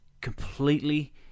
completely